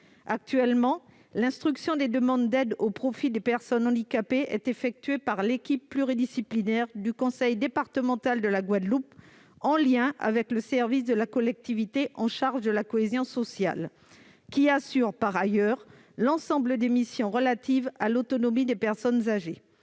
Actuellement, l'instruction des demandes d'aide au profit des personnes handicapées est menée par l'équipe pluridisciplinaire du conseil départemental de la Guadeloupe, en lien avec le service de la collectivité en charge de la cohésion sociale. Celui-ci assure, par ailleurs, l'ensemble des missions relatives à l'autonomie des personnes âgées.